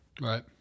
right